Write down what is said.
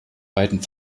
beiden